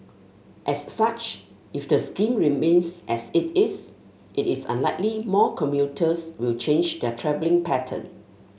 as such if the scheme remains as it is it is unlikely more commuters will change their travelling pattern